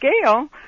scale